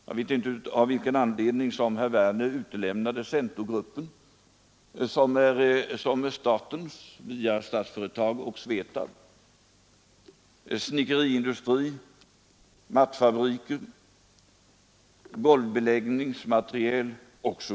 Jag vet inte av vilken anledning herr Werner i Tyresö utelämnade Centogruppen — som är statens via Statsföretag och Svetab och som består av snickeriindustrier och industrier för golvbeläggningsmaterial.